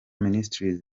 ministries